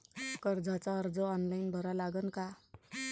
कर्जाचा अर्ज ऑनलाईन भरा लागन का?